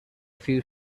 few